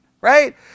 right